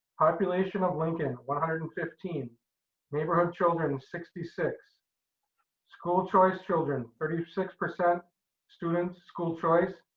population of lincoln, one hundred and fifteen neighborhood children, sixty six school choice children, thirty six percent students school choice.